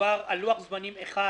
מדובר על לוח זמנים אחד,